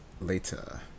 later